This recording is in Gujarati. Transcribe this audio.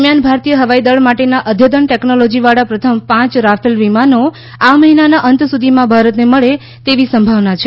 દરમિયાન ભારતીય હવાઈદળ માટેના અદ્યતન ટેકનોલોજીવાળા પ્રથમ પાંચ રાફેલ વિમાનો આ મહિનાના અંત સુધીમાં ભારતને મળે તેવી સંભાવના છે